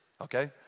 Okay